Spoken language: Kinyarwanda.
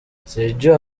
sergio